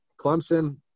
Clemson